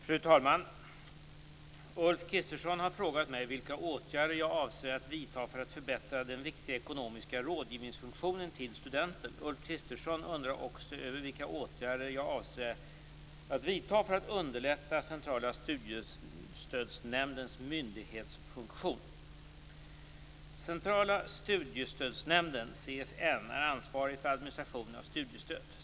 Fru talman! Ulf Kristersson har frågat mig vilka åtgärder jag avser att vidta för att förbättra den viktiga funktionen för ekonomisk rådgivning till studenten. Ulf Kristersson undrar också över vilka åtgärder jag avser att vidta för att underlätta Centrala studiestödsnämndens myndighetsfunktion. Centrala studiestödsnämnden, CSN, är ansvarig för administration av studiestöd.